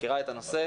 היא מכירה את הנושא.